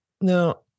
Now